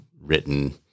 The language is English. written